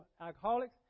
alcoholics